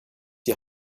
die